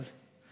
אז,